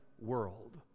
world